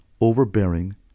overbearing